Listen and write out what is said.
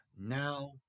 Now